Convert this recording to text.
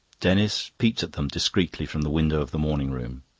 denis peeped at them discreetly from the window of the morning-room.